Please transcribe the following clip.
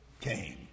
came